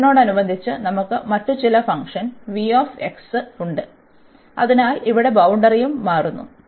X നോടനുബന്ധിച്ച് നമുക്ക് മറ്റ് ചില ഫംഗ്ഷൻ ഉണ്ട് അതിനാൽ ഇവിടെ ബൌണ്ടറിയും മാറുന്നു